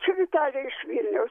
čia vitalija iš vilniaus